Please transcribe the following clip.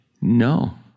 No